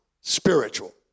spiritual